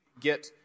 get